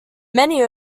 many